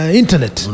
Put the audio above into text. internet